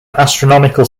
astronomical